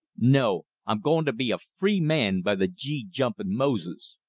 no! i'm going to be a free man by the g. jumping moses!